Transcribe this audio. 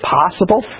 possible